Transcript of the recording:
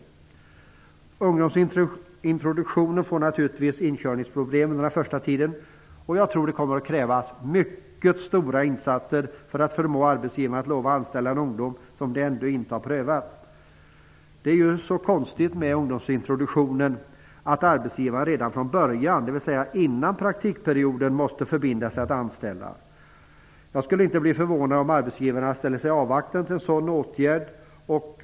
Det blir med ungdomsintroduktionen naturligtvis inkörningsproblem under den första tiden. Jag tror att det kommer att krävas mycket stora insatser för att förmå arbetsgivarna att lova anställa en ungdom som de ännu inte prövat. Det är så konstigt med ungdomsintroduktionen att arbetsgivarna redan från början, dvs. före praktikperioden, måste förbinda sig att anställa. Jag skulle inte bli förvånad om arbetsgivarna ställer sig avvaktande till en sådan åtgärd.